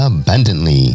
abundantly